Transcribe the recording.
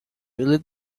lit